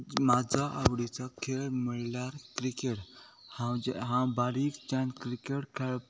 म्हजो आवडीचो खेळ म्हणल्यार क्रिकेट हांव बारीकच्यान क्रिकेट खेळप